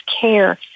care